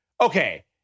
okay